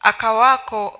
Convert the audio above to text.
Akawako